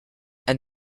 and